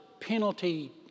penalty